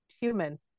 human